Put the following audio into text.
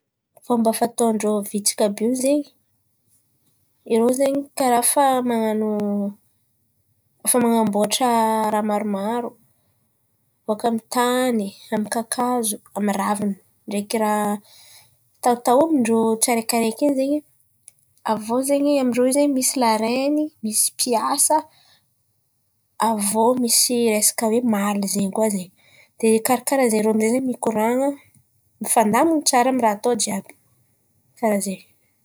Fômba fataon-drô vitsika àby io zen̈y, irô zen̈y karà fa man̈ano, man̈amboatra raha maromaro bokà amy ny tany, amy ny kakazo amy ny ravin̈y ndreky raha taotaomin-drô raha tsiaraikiaraiky in̈y zay. Avy eo zen̈y amin-drô io misy larene, misy mpiasa, avy iô misy resaka hoe mal zen̈y koa zen̈y dia, karakarà zen̈y, irô amin'zay zen̈y mikoran̈a, mifandamina tsara amy ny raha atao jiàby karà zen̈y.